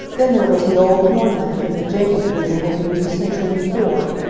then there was the old horn lantern that jacob pflugel had used a century before,